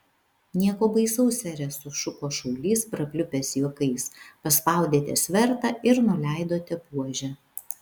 nieko baisaus sere sušuko šaulys prapliupęs juokais paspaudėte svertą ir nuleidote buožę